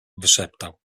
wyszeptał